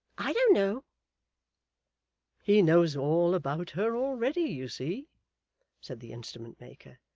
i don't know he knows all about her already, you see said the instrument-maker.